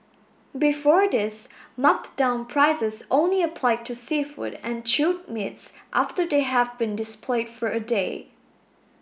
before this marked down prices only applied to seafood and chilled meats after they have been displayed for a day